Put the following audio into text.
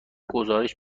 گزارش